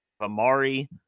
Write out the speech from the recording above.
Amari